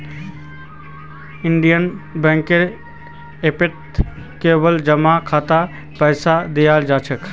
Indian बैंकेर ऐपत केवल जमा खातात पैसा दि ख छेक